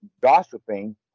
Gossiping